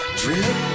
drip